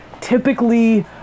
typically